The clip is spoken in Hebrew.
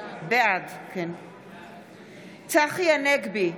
בעד צחי הנגבי,